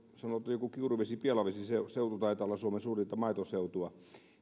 joku kiuruvesi pielavesi se seutu taitaa olla suomen suurinta maitoseutua